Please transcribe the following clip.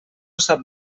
sap